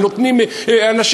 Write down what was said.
הם נותנים אנשים,